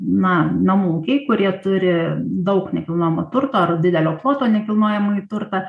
na namų ūkiai kurie turi daug nekilnojamo turto ar didelio ploto nekilnojamąjį turtą